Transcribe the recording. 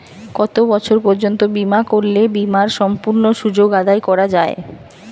কত বছর পর্যন্ত বিমা করলে বিমার সম্পূর্ণ সুযোগ আদায় করা য়ায়?